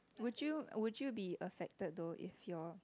would you would you be affected though if your